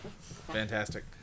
Fantastic